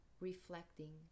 reflecting